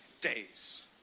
days